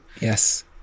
Yes